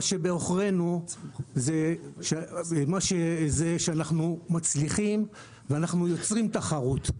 מה שבעוכרנו זה שאנחנו מצליחים ומייצרים תחרות.